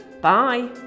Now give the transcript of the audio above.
Bye